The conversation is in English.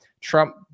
Trump